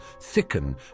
thicken